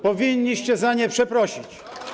Powinniście za nie przeprosić.